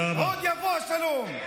עוד יבוא השלום.